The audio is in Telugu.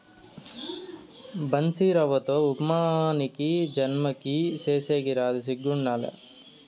బన్సీరవ్వతో ఉప్మా నీకీ జన్మకి సేసేకి రాదు సిగ్గుండాల